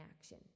action